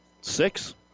six